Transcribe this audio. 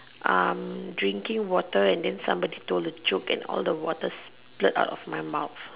um drinking water and then somebody told a joke and all the water slurp out of my mouth